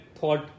thought